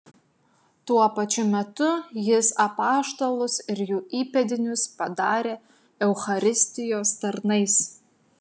tuo pačiu metu jis apaštalus ir jų įpėdinius padarė eucharistijos tarnais